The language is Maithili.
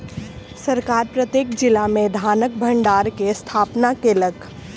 सरकार प्रत्येक जिला में धानक भण्डार के स्थापना केलक